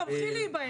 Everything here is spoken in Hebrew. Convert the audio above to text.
גם טפסים,